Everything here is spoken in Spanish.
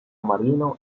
marino